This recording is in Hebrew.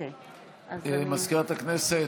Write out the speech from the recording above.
מזכירת הכנסת,